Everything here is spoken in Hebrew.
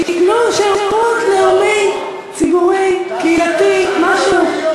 שייתנו שירות לאומי, ציבורי, קהילתי, משהו.